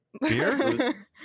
Beer